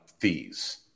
fees